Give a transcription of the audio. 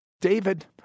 David